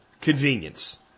convenience